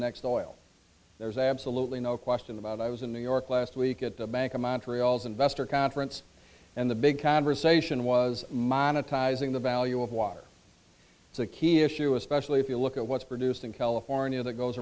oil there's absolutely no question about i was in new york last week at the bank of montral investor conference and the big conversation was monetizing the value of water it's a key issue especially if you look at what's produced in california that goes